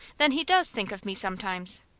then he does think of me sometimes?